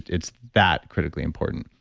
it's that critically important,